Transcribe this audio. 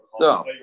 no